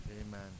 Amen